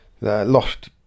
lost